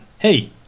hey